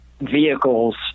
vehicles